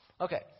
Okay